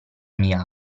mia